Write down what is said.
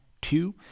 Two